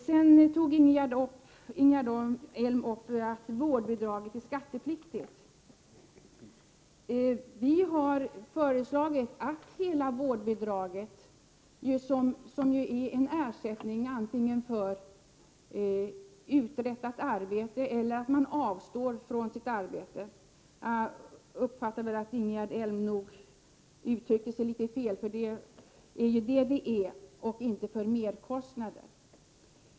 Ingegerd Elm berörde det förhållandet att vårdbidraget är skattepliktigt. Vi har föreslagit att hela vårdbidraget, som ju är en ersättning antingen för uträttat arbete eller för att man avstår från förvärvsarbete — jag uppfattade att Ingegerd Elm uttrycker sig litet fel på den punkten — skall ses som arbetsersättning. Det är ju för detta som ersättningen utgår — inte för merkostnader.